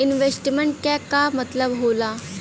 Investment क का मतलब हो ला?